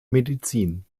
medizin